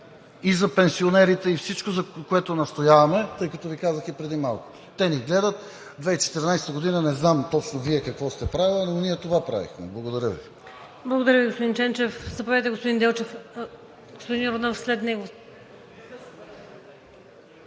и за пенсионерите, и всичко, за което настояваме, тъй като Ви казах и преди малко: те ни гледат. През 2014 г. не знам точно Вие какво сте правила, но ние това правихме. Благодаря Ви.